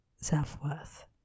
self-worth